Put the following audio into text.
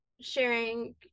sharing